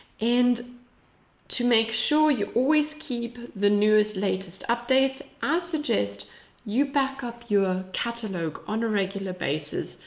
and to make sure you always keep the newest, latest updates, i suggest you back-up your catalogue on a regular basis.